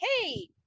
hey